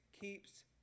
keeps